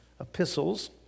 epistles